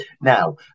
Now